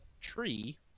tree